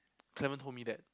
Clement told me that